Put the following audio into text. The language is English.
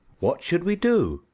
what should we do.